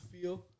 feel